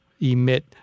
emit